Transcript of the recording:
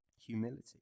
Humility